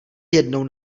jednou